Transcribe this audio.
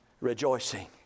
rejoicing